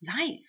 life